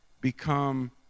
become